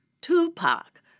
Tupac